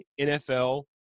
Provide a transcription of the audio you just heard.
NFL